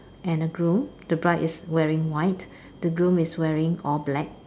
and a groom the bride is wearing white the groom is wearing all black